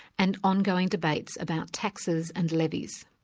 and ongoing debates about taxes and levies.